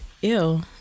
Ew